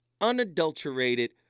unadulterated